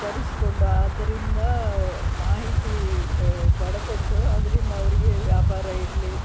ತರಿಸ್ಕೊಂಡು ಅದರಿಂದ ಮಾಹಿತಿ ಪಡಕೊಂಡು ಅದರಿಂದ ಅವರಿಗೆ ವ್ಯಾಪಾರ ಇರಲಿ